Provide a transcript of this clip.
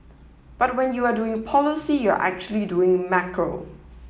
but when you are doing policy you're actually doing macro